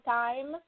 time